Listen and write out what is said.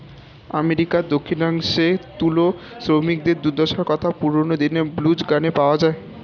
আমেরিকার দক্ষিণাংশে তুলো শ্রমিকদের দুর্দশার কথা পুরোনো দিনের ব্লুজ গানে পাওয়া যায়